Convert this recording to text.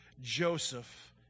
Joseph